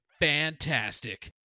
fantastic